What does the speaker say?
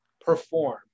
perform